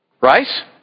Right